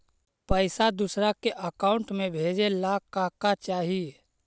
पैसा दूसरा के अकाउंट में भेजे ला का का चाही?